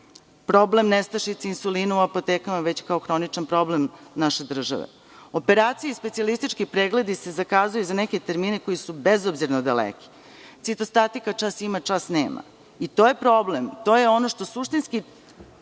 Problem nestašice insulina u apotekama već kao hroničan problem naše države. Operacije i specijalistički pregledi se zakazuju za neke termine koji su bezobzirno daleki. Citostatika čas ima, čas nema. I to je problem, to je ono što suštinski